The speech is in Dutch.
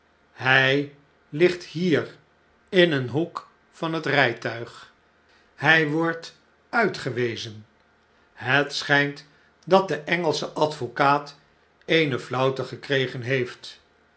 hj ligt bjfep in een hoek van het rjjtuig hij wordt uitgewezen het schgnt dat de engelsche advocaat eene flauwte gekregen heeft